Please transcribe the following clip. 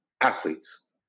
Athletes